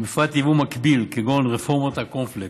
ובפרט ייבוא מקביל, כגון רפורמת הקורנפלקס,